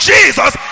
Jesus